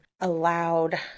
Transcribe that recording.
allowed